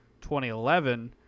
2011